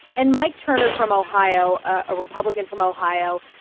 and mike turner from ohio, a republican from ohio,